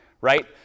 right